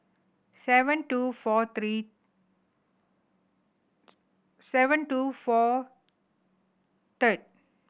seven two four three seven two four third